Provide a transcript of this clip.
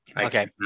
Okay